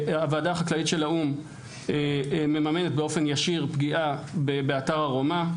הוועדה החקלאית של האו"ם מממנת באופן ישיר פגיעה באתר ארומה,